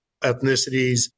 ethnicities